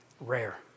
rare